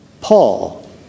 Paul